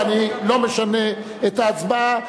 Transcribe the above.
ואני לא משנה את ההצבעה,